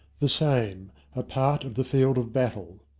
the same. a part of the field of battle.